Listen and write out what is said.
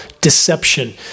deception